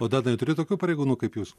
o danai turi tokių pareigūnų kaip jūs